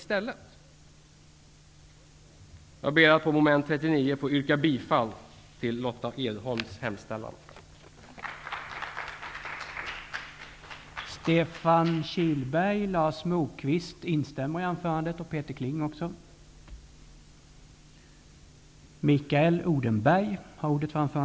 Jag ber att avseende mom. 39 få yrka bifall till det av Lotta Edholm under överläggningen framställda yrkandet.